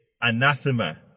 anathema